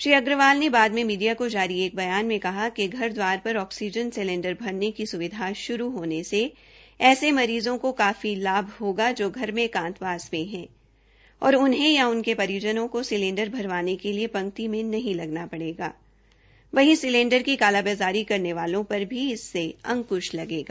श्री अग्रवाल बाद में मीडिया को जारी बयन में कहा कि घरदवार पर ऑक्सीजन सिलेंडर भरने की स्विधा श्रू होने से ऐसे मरीजों को काफी लाभ होगा जो घर में एकांतवास में है और उन्हें या उनके परिजनों को सिलेंडर भरवाने के लिए पंक्ति में नहीं लगना पड़ेगा वहीं सिलेंडर की कालाबाजारी करने वालों पर भी इससे अंकृश लगेगा